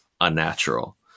unnatural